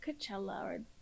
Coachella